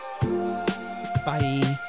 bye